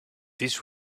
this